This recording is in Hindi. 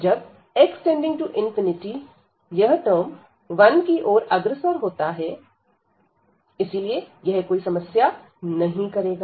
जब x→∞ यह टर्म 1 की ओर अग्रसर होता है इसीलिए यह कोई समस्या नहीं करेगा